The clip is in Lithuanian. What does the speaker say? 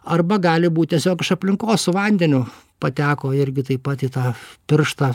arba gali būt tiesiog iš aplinkos su vandeniu pateko irgi taip pat į tą pirštą